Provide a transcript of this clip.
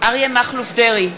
אריה מכלוף דרעי,